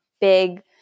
big